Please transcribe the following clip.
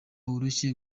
woroshye